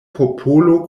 popolo